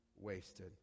wasted